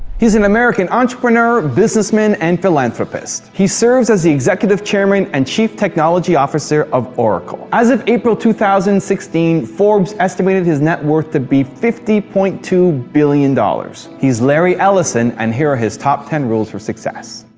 he's an american entrepreneur, business man, and philanthropist. he serves as the executive chairman and chief technology officer of oracle. as of april two thousand and sixteen, forbes estimated his net worth to be fifty point two billion dollars. he's larry ellison, and here are his top ten rules for success.